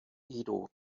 edo